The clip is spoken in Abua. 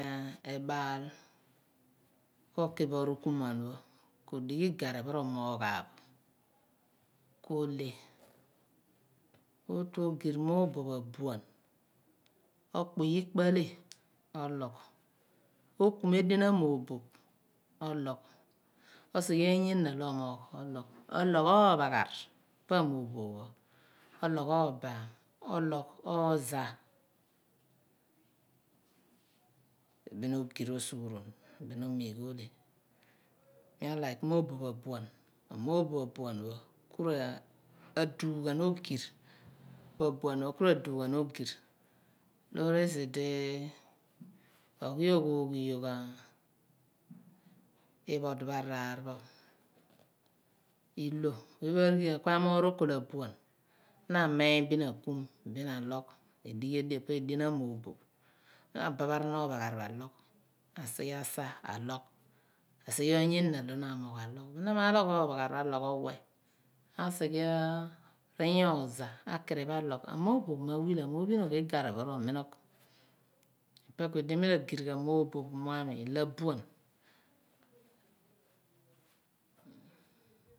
ku ebaal koki bo rukumuan pho ko digh iha pho romoogh ghan bo ku ahle oru ogir mooboph abuan okpuy ikpo ahle ologh okum edien amuiboop ologh osighe oony ijma di oomoogj olọgh, ologh ophagharh pa amooboph pho. Ologh oobaam ologh ooze bin ogirh osjghurom bin omugh ohle. Mi alike mobopb abuan amooboph abuam pbon ku radugh ghan ogirh, amooboph abuan pho k ra dugh ghan ogirh loor esi di oghi oghooghi yogh araar, iphodi pho araar pho i /lo, oye pho aghinghian ku amoogh rokolo abuan na amun bin ako bin alogh bin adibh edien amooboph na abegharan ophaghar pho alogh asighe asa alọgh asighe oony enna di ma amoogh alọgh bin mna ma alogh ophaghar r'oweh asighe riinya oozah akiriph alogh. Amoonoph me wila mo phinogh igari pho romimogh. Ipe ku idi mi ragi ghan moboph ilo ami ilo abuan.